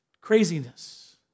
craziness